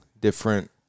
different